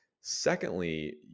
Secondly